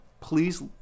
Please